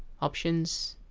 options